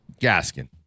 Gaskin